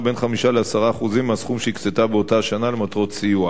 בין 5% ל-10% מהסכום שהקצתה באותה שנה למטרות סיוע,